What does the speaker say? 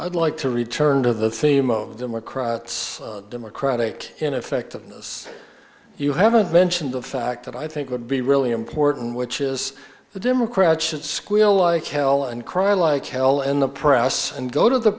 i'd like to return to the theme of democrats democratic in effect you haven't mentioned the fact that i think would be really important which is the democrats should squeal like hell and cry like hell in the press and go to the